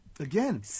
again